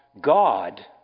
God